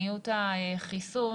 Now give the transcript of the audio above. במדיניות החיסון,